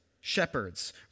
shepherds